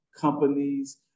companies